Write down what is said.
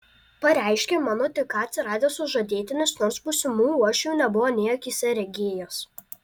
pareiškė mano tik ką atsiradęs sužadėtinis nors būsimų uošvių nebuvo nė akyse regėjęs